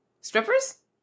Strippers